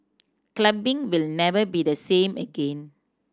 clubbing will never be the same again